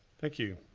thank you.